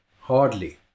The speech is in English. Hardly